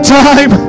time